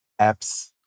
apps